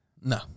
No